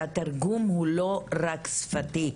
שהתרגום הוא לא רק שפתי.